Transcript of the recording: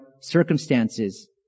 circumstances